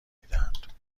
میدهند